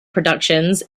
productions